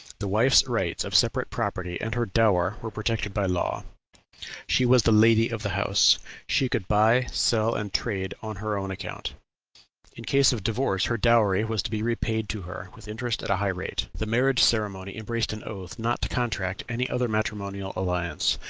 the wife's rights of separate property and her dower were protected by law she was the lady of the house she could buy, sell, and trade on her own account in case of divorce her dowry was to be repaid to her, with interest at a high rate. the marriage-ceremony embraced an oath not to contract any other matrimonial alliance.